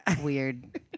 weird